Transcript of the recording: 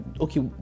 okay